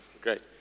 great